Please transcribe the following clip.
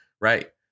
Right